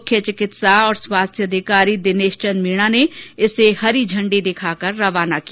मुख्य चिकित्सा और स्वास्थ्य अधिकारी दिनेश चन्द मीना ने इसे इंडी दिखाकर रवाना किया